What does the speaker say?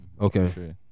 Okay